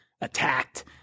attacked